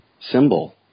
symbol